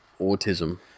autism